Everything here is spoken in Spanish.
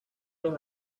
los